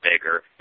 bigger